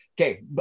Okay